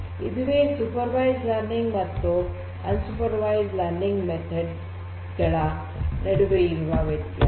ಇದುವೇ super ವೈಜ್ಡ್ learning ಮತ್ತು ಅನ್ super ವೈಜ್ಡ್ learning method ಗಳ ನಡುವೆ ಇರುವ ಮುಖ್ಯ ವ್ಯತ್ಯಾಸ